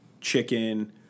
chicken –